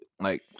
like-